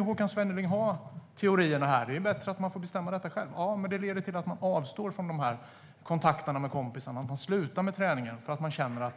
Håkan Svenneling kan ha teorier om att det är bättre att man får bestämma själv, men det här leder till att man avstår från kontakten med kompisarna och slutar med träningen, för man känner att